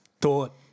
thought